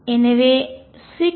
எனவே 6